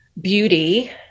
beauty